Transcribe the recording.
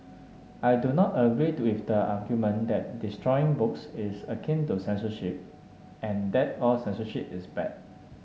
I do not agree with the argument that destroying books is akin to censorship and that all censorship is bad